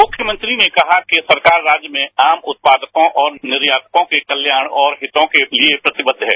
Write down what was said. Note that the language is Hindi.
मुख्यमंत्री ने कहा कि सरकार राज्य में आम उत्पादकों और निर्यातको के कल्याण और हितों के लिए प्रतिबद्ध है